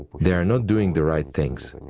they are not doing the right things,